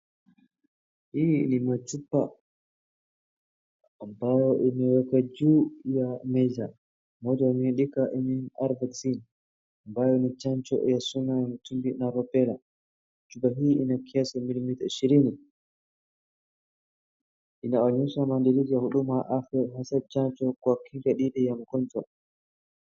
Hii ni machupa ambayo imewekwa juu ya meza, moja imeandikwa MMR vaccine ambayo ni chanjo ya suna ya mtumbi na rubela, chupa hii ina kiasi milimita ishirini. Inaonyesha maendelezo ya huduma ya afya ya chanjo kwa kinga dhidi ya magonjwa.